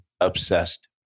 obsessed